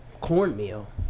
cornmeal